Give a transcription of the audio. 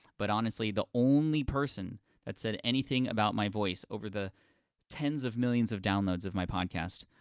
but honestly the only person that said anything about my voice over the tens of millions of downloads of my podcast,